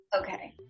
Okay